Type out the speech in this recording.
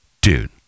Dude